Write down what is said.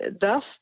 thus